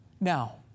Now